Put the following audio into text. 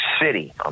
City